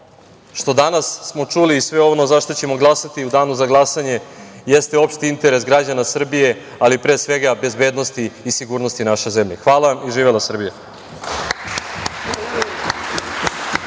smo danas čuli i sve ono za šta ćemo glasati u danu za glasanje jeste opšti interes građana Srbije, ali pre svega bezbednosti i sigurnosti naše zemlje. Hvala vam i živela Srbija.